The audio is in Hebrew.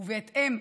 ובהתאם,